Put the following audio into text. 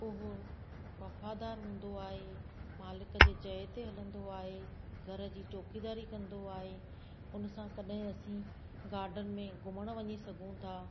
उहो वफ़ादार हूंदो आहे मालिक जे चए ते हलंदो आहे घर जी चौकीदारी कंदो आहे उन सां कॾहिं असी गार्डन में घुमणु वञी सघूं था